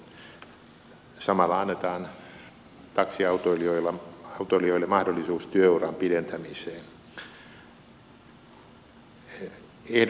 samalla annetaan taksiautoilijoille mahdollisuus työuran pidentämiseen